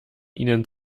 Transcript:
ihnen